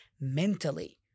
mentally